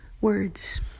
words